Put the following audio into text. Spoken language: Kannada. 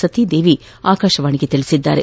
ಸತಿದೇವಿ ಆಕಾಶವಾಣಿಗೆ ತಿಳಿಸಿದ್ದಾರೆ